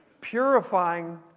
purifying